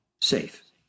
safe